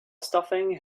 stuffing